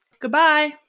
Goodbye